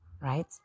right